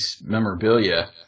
memorabilia